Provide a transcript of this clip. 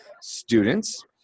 students